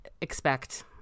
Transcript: expect